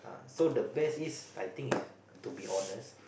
so the best is I think is to be honest